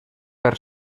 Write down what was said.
per